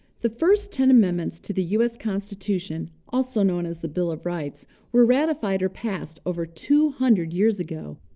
the first ten amendments to the u s. constitution also known as the bill of rights were ratified or passed over two hundred years ago.